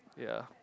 ya